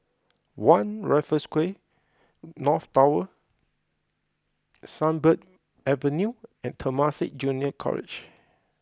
One Raffles Quay North Tower Sunbird Avenue and Temasek Junior College